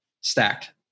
Stacked